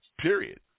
Period